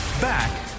Back